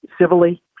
civilly